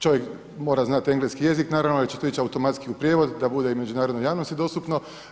Čovjek mora znati engleski jezik naravno jer će to ići automatski u prijevod, da bude i međunarodnoj javnosti dostupno.